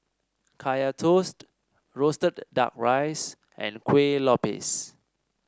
Kaya Toast roasted duck rice and Kueh Lopes